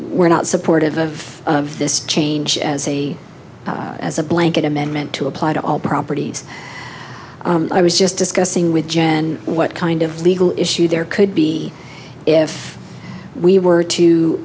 we're not supportive of this change as a as a blanket amendment to apply to all properties i was just discussing with gin what kind of legal issue there could be if we were to